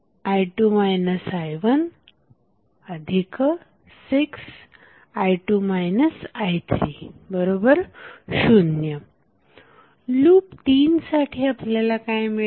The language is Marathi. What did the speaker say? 4i22i2 i16i2 i30 लूप 3 साठी आपल्याला काय मिळेल